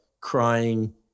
crying